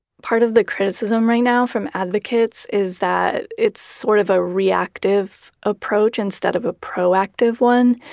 part of the criticism right now from advocates is that it's sort of a reactive approach instead of a proactive one,